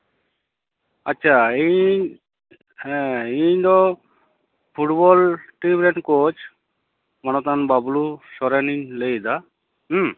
ᱟᱪᱪᱷᱟ ᱤᱧ ᱤᱧ ᱫᱚ ᱯᱷᱩᱴᱵᱚᱞ ᱴᱤᱢ ᱨᱮᱱ ᱠᱳᱪ ᱢᱟᱱᱚᱛᱟᱱ ᱵᱟᱵᱞᱩ ᱥᱚᱨᱮᱱᱤᱧ ᱞᱟᱹᱭ ᱮᱫᱟ ᱦᱩᱸ